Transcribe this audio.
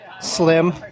Slim